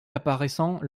apparaissant